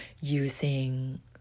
using